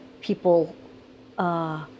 people